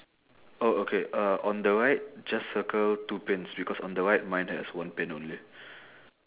oh okay uh on the right just circle two pins because on the right mine has one pin only